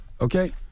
okay